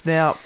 Now